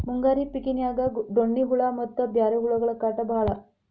ಮುಂಗಾರಿ ಪಿಕಿನ್ಯಾಗ ಡೋಣ್ಣಿ ಹುಳಾ ಮತ್ತ ಬ್ಯಾರೆ ಹುಳಗಳ ಕಾಟ ಬಾಳ